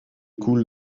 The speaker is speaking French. coule